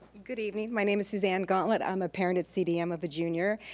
good evening, my name's suzanne gauntlett, i'm a parent at cdm of a junior,